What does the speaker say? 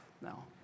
now